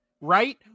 right